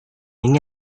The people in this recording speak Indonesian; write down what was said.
ini